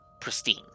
pristine